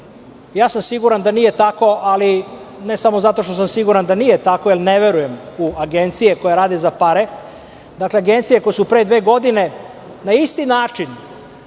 tako. Siguran sam da nije tako, ali ne samo zato što sam siguran da nije tako, jer ne verujem u agencije koje rade za pare, agencije koje su pre dve godine na isti način